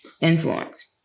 influence